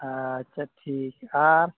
ᱟᱪᱪᱷᱟ ᱴᱷᱤᱠ ᱟᱨ